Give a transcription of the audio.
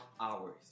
hours